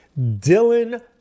Dylan